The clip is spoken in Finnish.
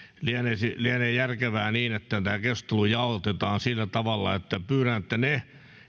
lienee järkevää että tämä keskustelu jaotetaan sillä tavalla että pyydän että